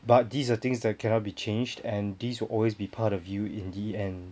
but these are things that cannot be changed and these will always be part of you in the end